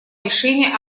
решение